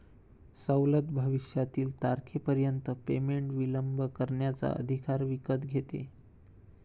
सवलत भविष्यातील तारखेपर्यंत पेमेंट विलंब करण्याचा अधिकार विकत घेते